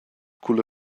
culla